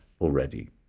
already